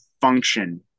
function